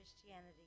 Christianity